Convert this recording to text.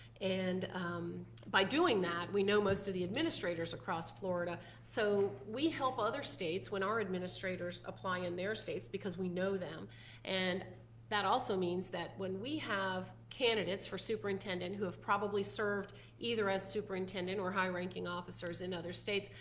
and by doing that we know most of the administrators across florida so we help other states when our administrators apply in their states because we know them and that also means that when we have candidates for superintendent who have probably served either as superintendent or high-ranking officers in other states,